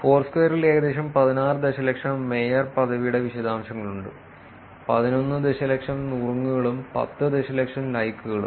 ഫോർസ്ക്വയറിൽ ഏകദേശം 16 ദശലക്ഷം മേയർ പദവിയുടെ വിശദാംശങ്ങളുണ്ട് 11 ദശലക്ഷം നുറുങ്ങുകളും 10 ദശലക്ഷം ലൈക്കുകളും